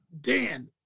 Dan